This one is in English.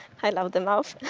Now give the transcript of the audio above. i love the mouth.